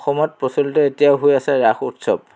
অসমত প্ৰচলিত এতিয়াও হৈ আছে ৰাস উৎসৱ